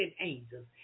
angels